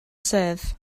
sedd